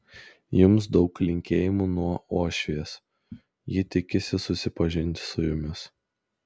jums daug linkėjimų nuo uošvės ji tikisi susipažinti su jumis